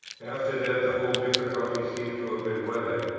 after that the whole difficulty seemed to have been weathered,